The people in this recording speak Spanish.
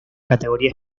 categoría